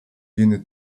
viene